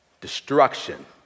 destruction